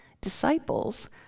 disciples